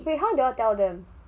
wait then how did you all tell them